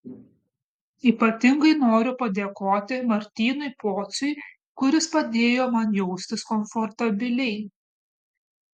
ypatingai noriu padėkoti martynui pociui kuris padėjo man jaustis komfortabiliai